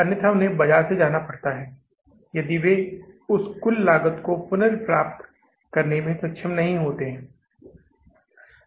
अन्यथा उन्हें बाजार से बाहर जाना पड़ता है यदि वे उस कुल लागत को पुनर्प्राप्त करने में सक्षम नहीं होते हैं